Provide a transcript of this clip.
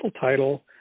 title